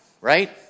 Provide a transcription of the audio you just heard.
right